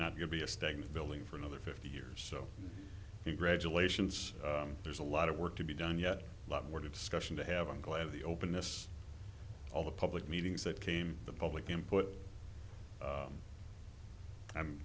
not going to be a stagnant building for another fifty years so we graduations there's a lot of work to be done yet a lot more discussion to have i'm glad the openness all the public meetings that came the public